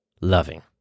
loving